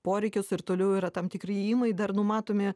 poreikius ir toliau yra tam tikri ėjimai dar numatomi